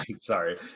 sorry